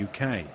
UK